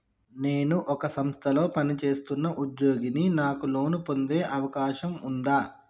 నేను ఒక సంస్థలో పనిచేస్తున్న ఉద్యోగిని నాకు లోను పొందే అవకాశం ఉందా?